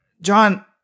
John